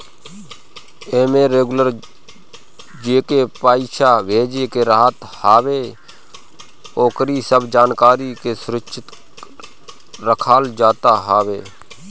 एमे रेगुलर जेके पईसा भेजे के रहत हवे ओकरी सब जानकारी के सुरक्षित रखल जात हवे